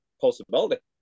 possibility